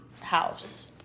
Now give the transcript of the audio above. house